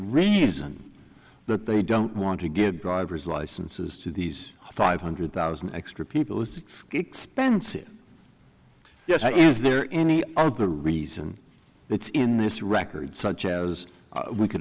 reason that they don't want to give driver's licenses to these five hundred thousand extra people who spend six yes i is there any other reason it's in this record such as we could